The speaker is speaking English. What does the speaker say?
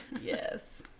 yes